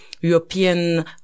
european